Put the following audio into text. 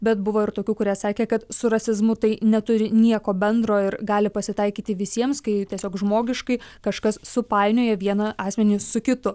bet buvo ir tokių kurie sakė kad su rasizmu tai neturi nieko bendro ir gali pasitaikyti visiems kai tiesiog žmogiškai kažkas supainioja vieną asmenį su kitu